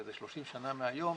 שזה 30 שנים מהיום,